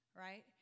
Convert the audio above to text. right